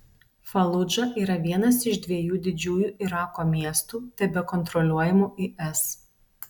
faludža yra vienas iš dviejų didžiųjų irako miestų tebekontroliuojamų is